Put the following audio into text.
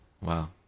Wow